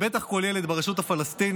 ובטח כל ילד ברשות הפלסטינית,